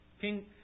King